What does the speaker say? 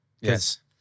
Yes